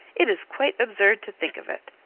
it is quite absurd to think of it.